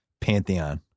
pantheon